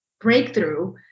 breakthrough